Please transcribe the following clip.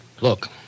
Look